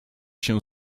się